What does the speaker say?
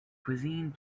cuisine